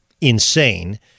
insane